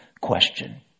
question